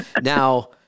Now